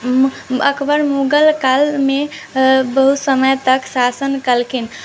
अकबर मुगल कालमे बहुत समय तक शासन केलखिन